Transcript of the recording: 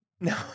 no